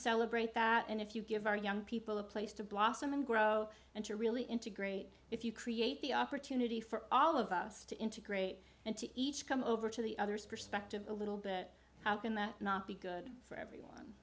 celebrate that and if you give our young people a place to blossom and grow and to really integrate if you create the opportunity for all of us to integrate and to each come over to the other's perspective a little bit how can that not be good for everyone